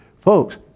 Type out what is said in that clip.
folks